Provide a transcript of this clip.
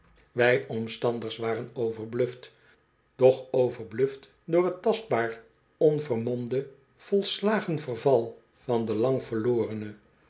wij omstanders waren overbluft doch overbluft door t tastbaar onvermomde volslagen verval van den lang verlorene